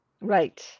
Right